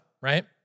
right